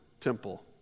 temple